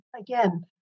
again